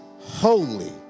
holy